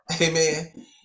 Amen